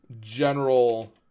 general